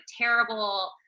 terrible